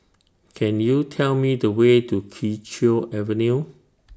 Can YOU Tell Me The Way to Kee Choe Avenue